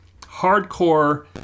hardcore